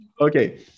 Okay